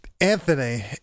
anthony